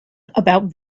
about